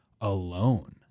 alone